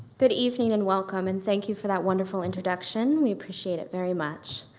good evening and welcome. and thank you for that wonderful introduction. we appreciate it very much.